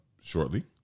shortly